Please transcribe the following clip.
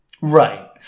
Right